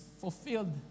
fulfilled